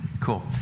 Cool